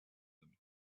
them